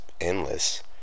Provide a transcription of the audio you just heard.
endless